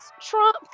Trump